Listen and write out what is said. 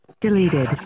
Deleted